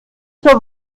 zur